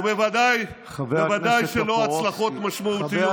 ובוודאי בוודאי שלא הצלחות משמעותיות.